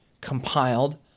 compiled